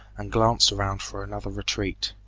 and glanced around for another retreat.